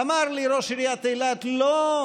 אמר לי ראש עיריית אילת: לא,